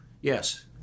yes